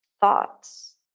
thoughts